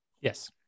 Yes